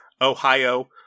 Ohio